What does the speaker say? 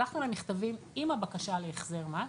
שלחנו להם מכתבים עם הבקשה להחזר מס.